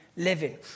Living